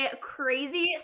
crazy